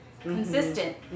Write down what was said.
consistent